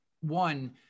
One